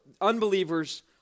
unbelievers